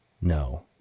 No